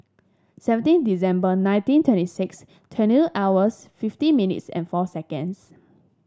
seventeen December nineteen twenty six twenty hours fifteen minutes and four seconds